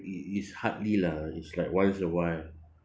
it is hardly lah it's like once in awhile